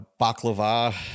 baklava